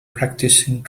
practicing